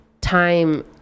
time